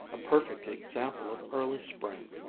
a perfect example of early spring,